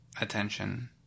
attention